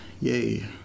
Yay